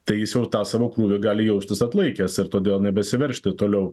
tai jis jau tą savo krūvį gali jaustis atlaikęs ir todėl nebesiveržti toliau